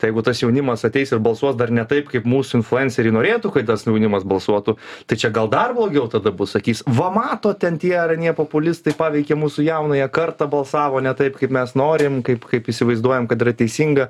jeigu tas jaunimas ateis ir balsuos dar ne taip kaip mūsų influenceriai norėtų kad tas jaunimas balsuotų tai čia gal dar blogiau tada bus sakys va matot ten tie ar anie populistai paveikė mūsų jaunąją kartą balsavo ne taip kaip mes norim kaip kaip įsivaizduojam kad yra teisinga